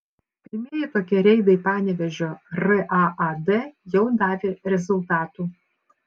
pirmieji tokie reidai panevėžio raad jau davė rezultatų